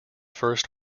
first